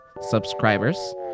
subscribers